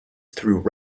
through